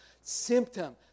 symptom